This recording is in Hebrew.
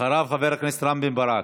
אחריו, חבר הכנסת רם בן ברק.